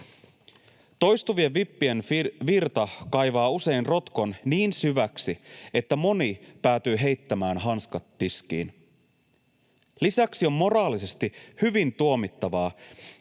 Toistuvien vippien virta kaivaa usein rotkon niin syväksi, että moni päätyy heittämään hanskat tiskiin. Lisäksi on moraalisesti hyvin tuomittavaa,